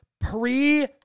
pre-